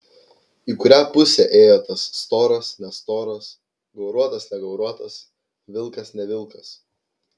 į kurią pusę ėjo tas storas nestoras gauruotas negauruotas vilkas ne vilkas